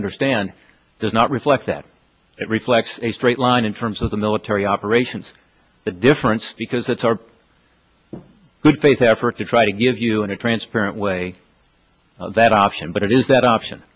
understand does not reflect that it reflects a straight line in terms of the military operations the difference because it's our good faith effort to try to give you in a transparent way that option but it is that option